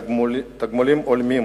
תגמולים הולמים